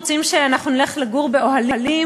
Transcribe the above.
רוצים שאנחנו נלך לגור באוהלים.